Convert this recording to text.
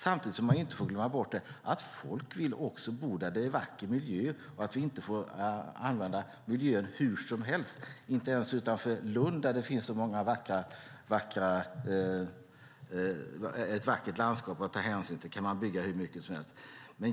Samtidigt får vi inte glömma att folk vill bo där det är en vacker miljö. Vi får inte använda miljön hur som helst. Inte ens utanför Lund där det finns ett vackert landskap att ta hänsyn till kan man bygga hur mycket som helst. Herr talman!